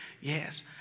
Yes